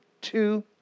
two